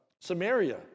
Samaria